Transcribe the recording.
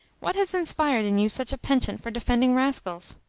what has inspired in you such a penchant for defending rascals?